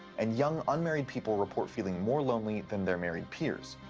and young unmarried people report feeling more lonely than their married peers.